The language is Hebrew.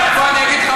אתה מוכן לחתום?